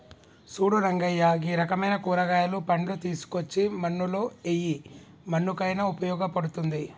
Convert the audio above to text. సూడు రంగయ్య గీ రకమైన కూరగాయలు, పండ్లు తీసుకోచ్చి మన్నులో ఎయ్యి మన్నుకయిన ఉపయోగ పడుతుంది